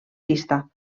pista